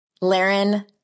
Laren